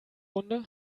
runde